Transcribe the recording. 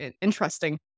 interesting